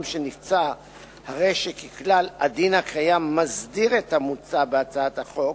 שנפצע הרי ככלל הדין הקיים מסדיר את המוצע בהצעת החוק,